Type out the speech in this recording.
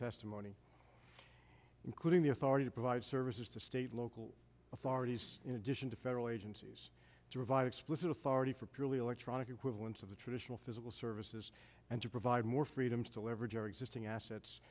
testimony including the authority to provide services to state local authorities in addition to federal agencies to revive explicit authority for purely electronic equivalents of the traditional physical services and to provide more freedom to leverage our existing assets